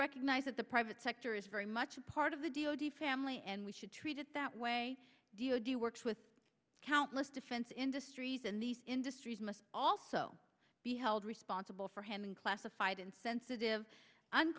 recognize that the private sector is very much a part of the d o d family and we should treat it that way do you know do works with countless defense industries and these industries must also be held responsible for handing classified and sensitive